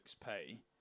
pay